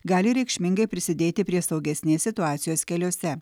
gali reikšmingai prisidėti prie saugesnės situacijos keliuose